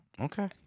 Okay